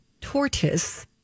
tortoise